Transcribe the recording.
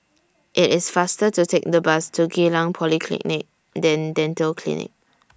IT IS faster to Take The Bus to Geylang Polyclinic Then Dental Clinic